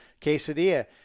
quesadilla